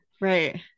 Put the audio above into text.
Right